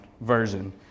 version